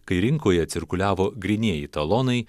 kai rinkoje cirkuliavo grynieji talonai